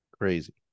Crazy